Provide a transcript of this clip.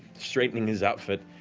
straightening his outfit,